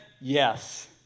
yes